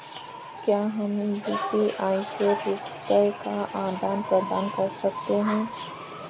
क्या हम यू.पी.आई से रुपये का आदान प्रदान कर सकते हैं?